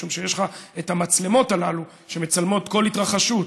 משום שיש לך את המצלמות הללו שמצלמות כל התרחשות,